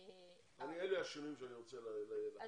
אלה השינויים שאני רוצה להכניס.